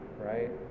right